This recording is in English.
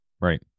Right